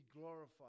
glorified